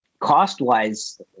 cost-wise